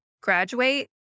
graduate